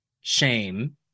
shame